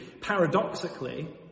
paradoxically